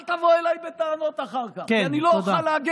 אל תבוא אליי בטענות אחר כך, כן, תודה.